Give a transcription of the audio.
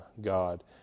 God